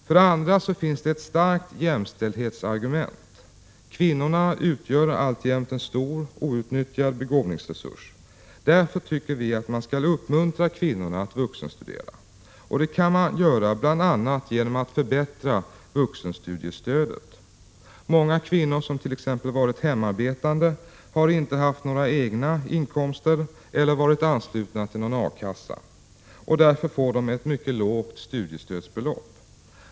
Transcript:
För det andra finns det ett starkt jämställdhetsargument. Kvinnorna utgör alltjämt en stor outnyttjad begåvningsresurs. Därför tycker vi att man skall uppmuntra kvinnorna att vuxenstudera, och det kan man göra bl.a. genom att förbättra vuxenstudiestödet. Många kvinnor som t.ex. varit hemarbetande har inte haft några egna inkomster eller varit anslutna till någon A-kassa. Därför får de ett mycket lågt studiestödsbelopp.